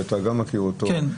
שאתה גם מכיר אותו,